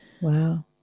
Wow